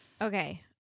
Okay